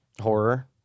horror